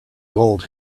gold